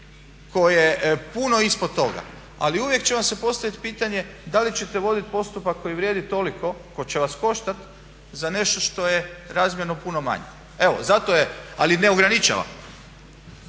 tko je puno ispod toga. Ali uvijek će vam se postaviti pitanje da li ćete voditi postupak koji vrijedi toliko, koji će vas koštati za nešto što je razmjerno puno manje. Evo zato je, ali ne ograničava.